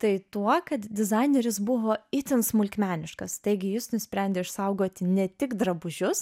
tai tuo kad dizaineris buvo itin smulkmeniškas taigi jis nusprendė išsaugoti ne tik drabužius